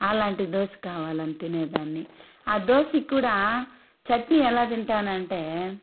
అలాంటి దోశ కావాలని తినేదాన్ని ఆ దోశక్కూడా చట్నీ ఎలా తింటానంటే